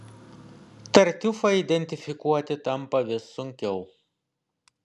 tartiufą identifikuoti tampa vis sunkiau